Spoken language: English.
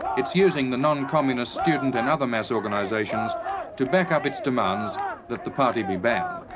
it's using the non-communist student and other mass organisations to back up its demands that the party be banned.